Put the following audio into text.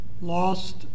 lost